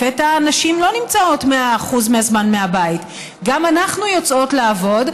לפתע הנשים לא נמצאות 100% של הזמן בבית גם אנחנו יוצאות לעבוד,